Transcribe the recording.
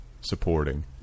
supporting